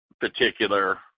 particular